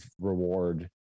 reward